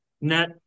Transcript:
net